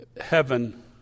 heaven